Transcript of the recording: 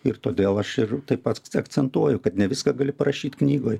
ir todėl aš ir taip pat akcentuoju kad ne viską gali parašyt knygoj